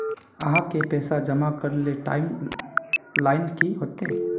आहाँ के पैसा जमा करे ले टाइम लाइन की होते?